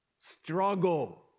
struggle